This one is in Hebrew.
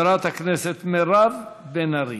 חברת הכנסת מירב בן ארי.